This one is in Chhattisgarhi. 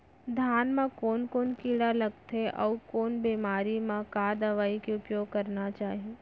धान म कोन कोन कीड़ा लगथे अऊ कोन बेमारी म का दवई के उपयोग करना चाही?